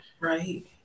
right